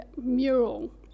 mural